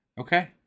Okay